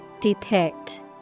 Depict